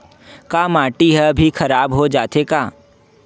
का माटी ह भी खराब हो जाथे का?